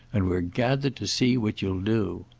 and we're gathered to see what you'll do.